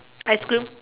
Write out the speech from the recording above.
ice cream